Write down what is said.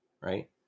Right